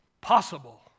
Possible